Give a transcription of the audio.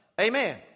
Amen